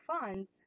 funds